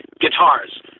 guitars